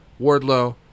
Wardlow